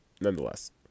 nonetheless